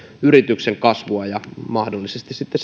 yrityksen kasvua ja tämä johtaa mahdollisesti sitten